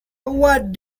what